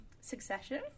Succession